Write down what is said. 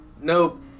Nope